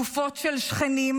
גופות של שכנים,